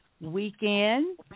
weekend